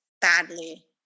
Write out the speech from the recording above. badly